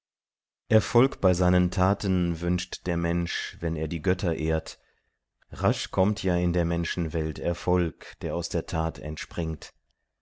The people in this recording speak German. erfolg bei seinen taten wünscht der mensch wenn er die götter ehrt rasch kommt ja in der menschenwelt erfolg der aus der tat entspringt